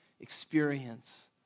experience